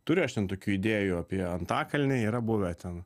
turiu aš ten tokių idėjų apie antakalnį yra buvę ten